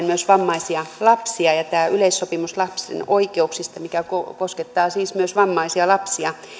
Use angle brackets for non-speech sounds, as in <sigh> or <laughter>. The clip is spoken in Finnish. <unintelligible> myös vammaisia lapsia on tämä yleissopimus lapsen oikeuksista mikä koskettaa siis myös vammaisia lapsia